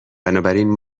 بنابراین